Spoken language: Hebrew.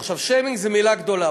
עכשיו, שיימינג זו מילה גדולה.